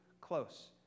close